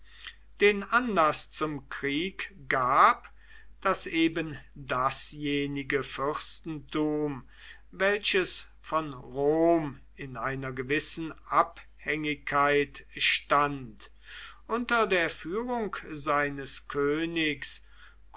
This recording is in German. den anlaß zum kriege gab daß eben dasjenige fürstentum welches von rom in einer gewissen abhängigkeit stand unter der führung seines königs